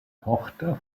tochter